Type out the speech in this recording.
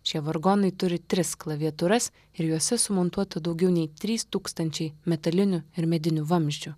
šie vargonai turi tris klaviatūras ir juose sumontuota daugiau nei trys tūkstančiai metalinių ir medinių vamzdžių